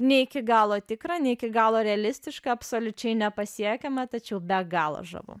ne iki galo tikra ne iki galo realistiška absoliučiai nepasiekiama tačiau be galo žavu